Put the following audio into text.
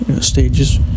stages